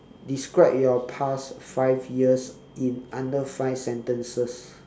describe your past five years in under five sentences